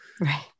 Right